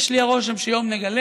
יש לי הרושם שיום אחד נגלה